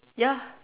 ya